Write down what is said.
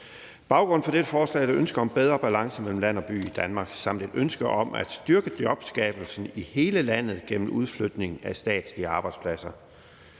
Baggrunden for dette forslag er et ønske om bedre balance mellem land og by i Danmark samt et ønske om at styrke jobskabelsen i hele landet gennem udflytning af statslige arbejdspladser.